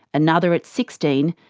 another at sixteen,